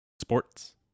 Sports